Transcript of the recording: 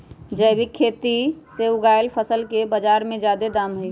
जैविक खेती से उगायल फसल के बाजार में जादे दाम हई